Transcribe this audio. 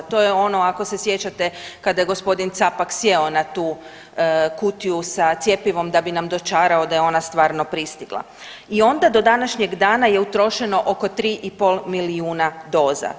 To je ono, ako se sjećate, kada je g. Capak sjeo na tu kutiju sa cjepivom da bi nam dočarao da je ona stvarno pristigla i onda do današnjeg dana je utrošeno oko 3,5 milijuna doza.